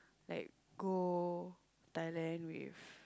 like go Thailand with